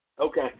Okay